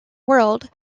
world